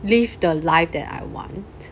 live the life that I want